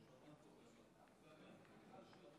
שבו צעדו רבבות בביטחון ובגאווה.